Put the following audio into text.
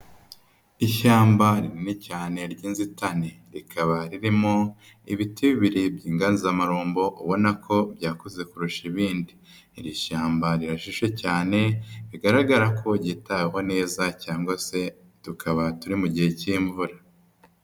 Ishyamba rinini cyane ry'inzitane, rikaba ririmo ibiti bire by'inganzamarumbo, ubona ko byakuze kurusha ibindi. Iri shyamba rirashishe cyane, bigaragara ko ryitaweho neza cyangwa se tukaba turi mu gihe k'imvura.